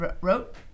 wrote